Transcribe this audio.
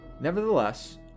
Nevertheless